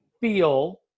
feel